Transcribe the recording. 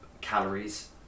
calories